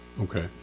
Okay